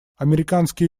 американские